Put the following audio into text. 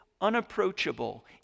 unapproachable